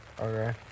Okay